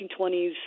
1920s